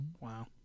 Wow